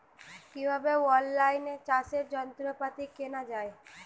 কিভাবে অন লাইনে চাষের যন্ত্রপাতি কেনা য়ায়?